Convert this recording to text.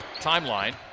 timeline